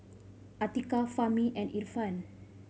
Atiqah Fahmi and Irfan